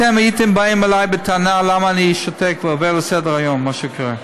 אתם הייתם באים אליי בטענה למה אני שותק ועובר לסדר-היום על מה שקורה.